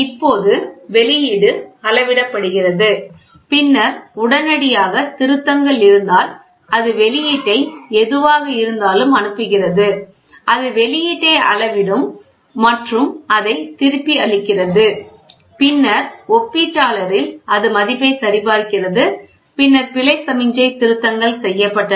இப்போது வெளியீடு அளவிடப்படுகிறது பின்னர் உடனடியாக திருத்தங்கள் இருந்தால் அது வெளியீட்டை எதுவாக இருந்தாலும் அனுப்புகிறது அது வெளியீட்டை அளவிடும் மற்றும் அதை திருப்பி அளிக்கிறது பின்னர் ஒப்பீட்டாளரில் அது மதிப்பை சரிபார்க்கிறது பின்னர் பிழை சமிக்ஞை திருத்தங்கள் செய்யப்பட்டன